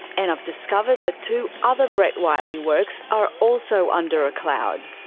and i've discovered that two other brett whiteley works are also under a cloud.